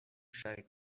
shy